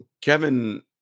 Kevin